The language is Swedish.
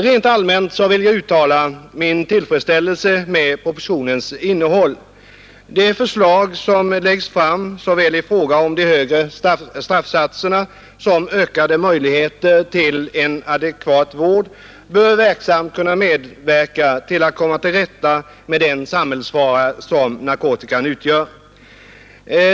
Rent allmänt vill jag uttala min tillfredsställelse med propositionens innehåll. De förslag som läggs fram såväl i fråga om de högre straffsatserna som beträffande de ökade möjligheterna till adekvat vård bör verksamt kunna bidra till att komma till rätta med den samhällsfara som narkotikan utgör.